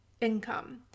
income